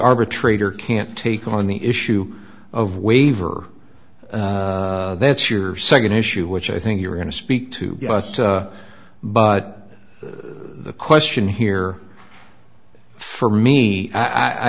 arbitrator can't take on the issue of waiver that's your second issue which i think you're going to speak to but the question here for me i